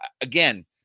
again